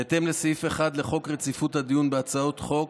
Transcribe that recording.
בהתאם לסעיף 1 לחוק רציפות הדיון בהצעות חוק,